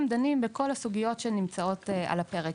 דנים בכל הסוגיות שנמצאות על הפרק.